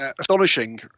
astonishing